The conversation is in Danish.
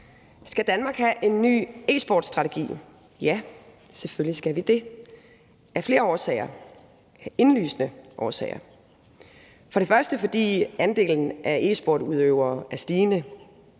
Skal Danmark have en ny e-sportsstrategi? Ja, selvfølgelig skal vi det, og af flere indlysende årsager. For andelen af e-sportsudøvere er stigende.